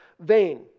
Vain